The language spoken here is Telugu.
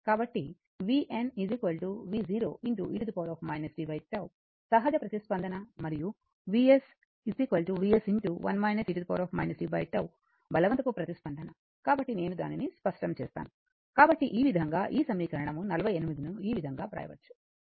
కాబట్టి vn v0 e tτ సహజ ప్రతిస్పందన మరియు Vs Vs 1 e tτ బలవంతపు ప్రతిస్పందనకాబట్టి నేను దానిని స్పష్టం చేస్తాను కాబట్టి ఈ విధంగా ఈ సమీకరణం 48 ను ఈ విధంగా వ్రాయవచ్చు